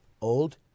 Old